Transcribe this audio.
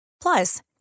Plus